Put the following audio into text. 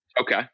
Okay